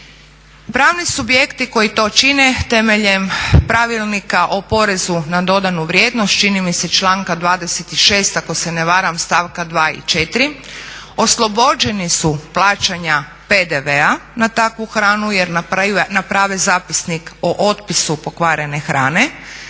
Pravni subjekti koji to čine temeljem Pravilnika o porezu na dodanu vrijednost čini mi se iz članka 26. ako se ne varam stavka 2. i 4. oslobođeni su plaćanja PDV-a na takvu hranu jer naprave zapisnik o otpisu pokvarene hrane.